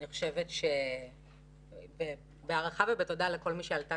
אני חושבת שבהערכה ובתודה לכל מי שעלתה